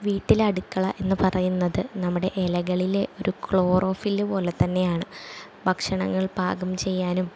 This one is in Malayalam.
വീട്ടിൽ അടുക്കള എന്ന് പറയുന്നത് നമ്മുടെ ഇലകളിലെ ഒരു ക്ലോറോഫിൽ പോലെ തന്നെയാണ് ഭക്ഷണങ്ങൾ പാകം ചെയ്യാനും